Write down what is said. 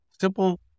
simple